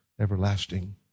everlasting